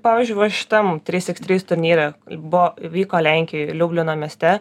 pavyzdžiui va šitam trys iks trys turnyre buvo vyko lenkijoj liublino mieste